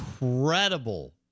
incredible